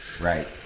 Right